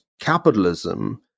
capitalism